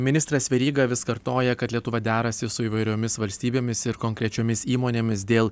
ministras veryga vis kartoja kad lietuva derasi su įvairiomis valstybėmis ir konkrečiomis įmonėmis dėl